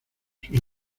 sus